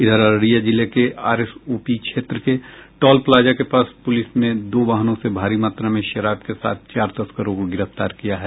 इधर अररिया जिले के आरएस ओपी क्षेत्र के टॉल प्लाजा के पास पुलिस ने दो वाहनों से भारी मात्रा में शराब के साथ चार तस्करों को गिरफ्तार किया है